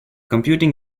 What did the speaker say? computing